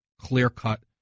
clear-cut